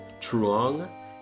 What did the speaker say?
Truong